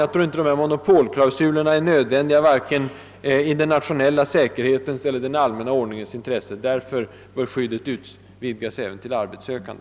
Jag tror inte att dessa monopolklausuler är nödvändiga i vare sig den nationella säkerhetens eller den allmänna ordningens intresse. Därför bör skyddet utvidgas även till arbetssökande.